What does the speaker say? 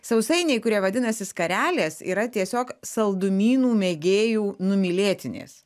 sausainiai kurie vadinasi skarelės yra tiesiog saldumynų mėgėjų numylėtinis